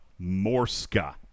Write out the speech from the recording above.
Morska